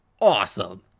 awesome